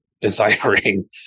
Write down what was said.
desiring